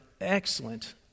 excellent